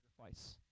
sacrifice